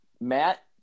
Matt